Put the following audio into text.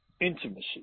intimacy